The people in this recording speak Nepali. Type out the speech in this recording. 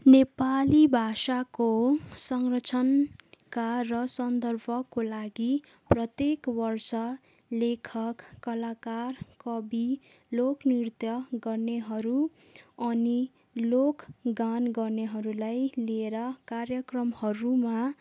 नेपाली भाषाको संरक्षणका र सन्दर्भको लागि प्रत्येक वर्ष लेखक कलाकार कवि लोक नृत्य गर्नेहरू अनि लोक गान गर्नेहरूलाई लिएर कार्यक्रमहरूमा